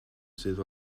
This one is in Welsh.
sydd